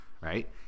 right